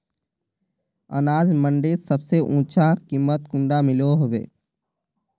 अनाज मंडीत सबसे ऊँचा कीमत कुंडा मिलोहो होबे?